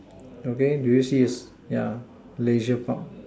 okay do you see a s~ yeah Leisure Park